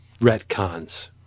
retcons